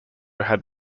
had